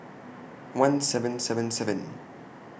one seven seven seven